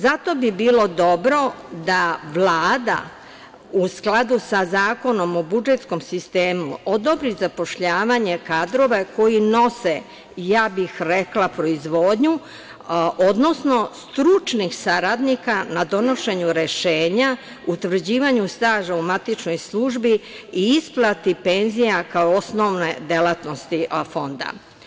Zato bi bilo dobro da Vlada u skladu sa Zakonom o budžetskom sistemu odobri zapošljavanje kadrova koji nose, ja bih rekla proizvodnju, odnosno stručnih saradnika na donošenju rešenja, utvrđivanju staža u matičnoj službi i isplati penzija kao osnovne delatnosti Fonda.